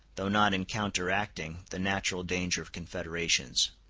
though not in counteracting the natural danger of confederations.